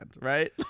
right